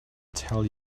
tell